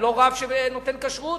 אני לא רב שנותן כשרות.